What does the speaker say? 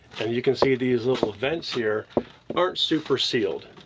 and you can see these little vents here aren't super sealed.